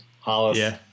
Hollis